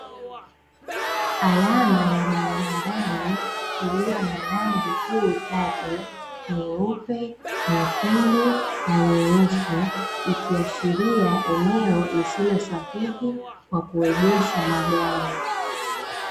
Alama ya barabarani iliyo na rangi kuu tatu; nyeupe, nyekundu na nyeusi ikiashiria eneo lisilo sahihi kwa kuegesha magari,